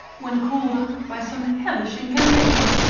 when called up by some hellish incantation,